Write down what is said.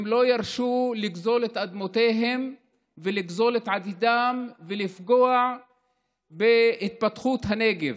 הם לא ירשו לגזול את אדמותיהם ולגזול את עתידם ולפגוע בהתפתחות הנגב.